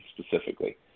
specifically